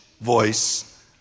voice